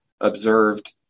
observed